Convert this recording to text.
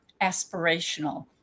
aspirational